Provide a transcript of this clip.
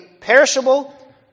perishable